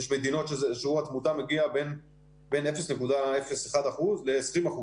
יש מדינות ששיעור התמותה בהן הוא בין 0.01% ל-20%,